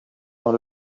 dans